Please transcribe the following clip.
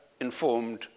Informed